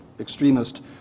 extremist